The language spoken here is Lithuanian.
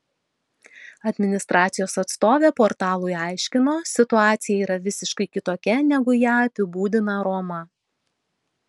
administracijos atstovė portalui aiškino situacija yra visiškai kitokia negu ją apibūdina roma